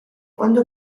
quando